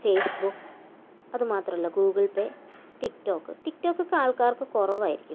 Facebook അതുമാത്രമല്ല Google pay TikTok ടിക്ടോക്കോക്കെ ആൾക്കാർക്ക് കുറവായിരിക്കും